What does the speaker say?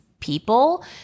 people